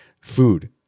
food